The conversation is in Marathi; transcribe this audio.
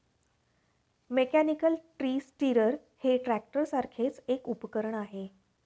मेकॅनिकल ट्री स्टिरर हे ट्रॅक्टरसारखेच एक उपकरण आहे